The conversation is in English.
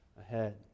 ahead